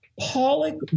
Pollock